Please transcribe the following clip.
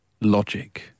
logic